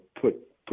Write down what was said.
put